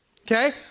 okay